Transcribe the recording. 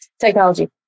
Technology